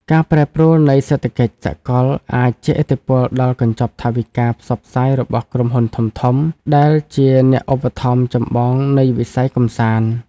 ការប្រែប្រួលនៃសេដ្ឋកិច្ចសកលអាចជះឥទ្ធិពលដល់កញ្ចប់ថវិកាផ្សព្វផ្សាយរបស់ក្រុមហ៊ុនធំៗ ដែលជាអ្នកឧបត្ថម្ភចម្បងនៃវិស័យកម្សាន្ត។